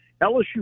LSU